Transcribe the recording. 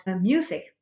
music